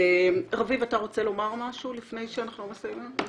רביב, אתה רוצה לומר משהו לפני שאנחנו מסיימים?